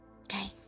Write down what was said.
Okay